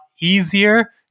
easier